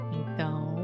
então